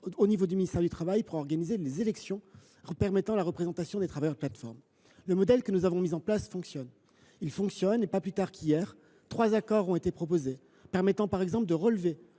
prises au ministère du travail pour organiser les élections permettant la représentation des travailleurs de plateformes. Le modèle que nous avons mis en place fonctionne. Pas plus tard qu’hier, trois accords ont été proposés, permettant, par exemple, de relever